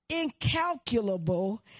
incalculable